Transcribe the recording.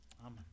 Amen